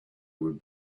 would